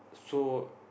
so